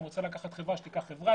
רוצה לקחת חברה שתיקח חברה,